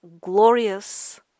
glorious